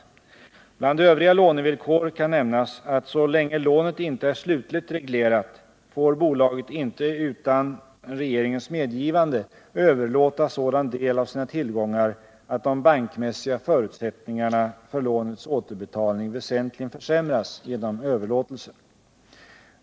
Bland övriga lånevillkor kan nämnas att så länge lånet inte är slutligt reglerat får bolaget inte utan regeringens medgivande överlåta sådan del av sina tillgångar att de bankmässiga förutsättningarna för lånets återbetalning väsentligen försämras genom överlåtelsen.